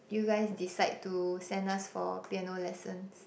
you guys decide to send us for piano lessons